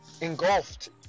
engulfed